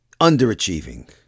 Underachieving